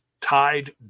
tied